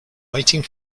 waiting